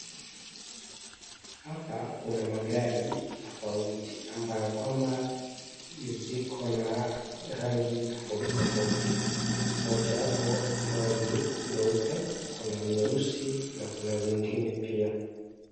Hapa kuna magari tofauti ambayo kwamba ziko na rangi tofauti tofauti. Mojawapo ambayo ni nyeupe, kuna nyeusi na kuna zingine pia.